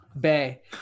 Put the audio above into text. bay